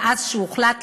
מאז הוחלט,